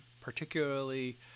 particularly